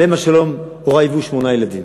עליהם השלום, הורי, הביאו שמונה ילדים.